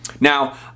now